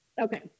Okay